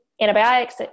antibiotics